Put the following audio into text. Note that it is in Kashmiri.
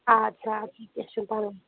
آدٕ اَدٕ کیٚنٛہہ چھُنہٕ پَرواے